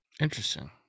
Interesting